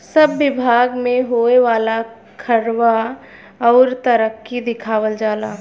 सब बिभाग मे होए वाला खर्वा अउर तरक्की दिखावल जाला